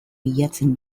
bilatzen